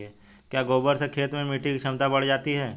क्या गोबर से खेत में मिटी की क्षमता बढ़ जाती है?